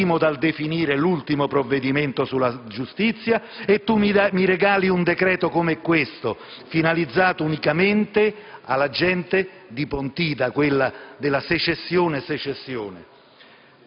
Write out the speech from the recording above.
esimo dal definire l'ultimo provvedimento sulla giustizia - e tu mi regali un decreto come questo, finalizzato unicamente alla gente di Pontida, quella della: «Secessione! Secessione!».